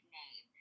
name